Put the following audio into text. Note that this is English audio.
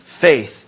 faith